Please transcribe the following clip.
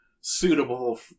suitable